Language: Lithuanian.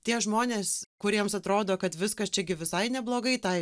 tie žmonės kuriems atrodo kad viskas čia gi visai neblogai tai